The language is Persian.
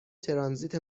ترانزیت